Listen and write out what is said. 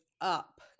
up